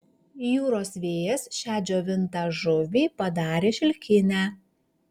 jūros vėjas šią džiovintą žuvį padarė šilkinę